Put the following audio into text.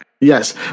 Yes